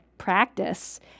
practice